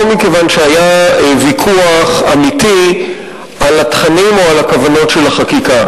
לא מכיוון שהיה ויכוח אמיתי על התכנים או על הכוונות של החקיקה,